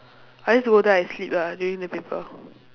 I just go there I sleep lah during the paper